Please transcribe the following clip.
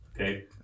Okay